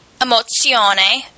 emozione